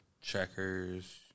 Checkers